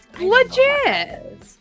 Legit